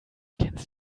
kennst